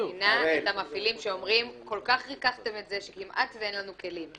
אני מבינה את המפעילים שאומרים שכל-כך ריככנו עד שכמעט אין להם כלים.